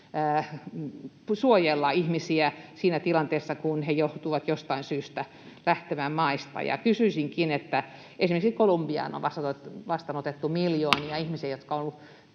suojella ihmisiä siinä tilanteessa, kun he johtuvat jostain syystä lähtemään maista. Ja kysyisinkin: Esimerkiksi Kolumbiaan on vastaanotettu miljoonia ihmisiä, [Puhemies